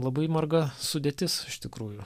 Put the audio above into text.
labai marga sudėtis iš tikrųjų